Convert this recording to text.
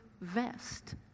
vest